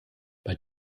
bei